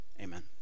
amen